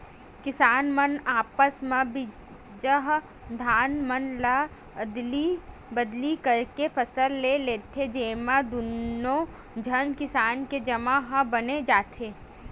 किसान मन आपस म बिजहा धान मन ल अदली बदली करके फसल ले लेथे, जेमा दुनो झन किसान के काम ह बन जाथे